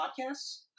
podcasts